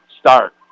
start